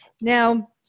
Now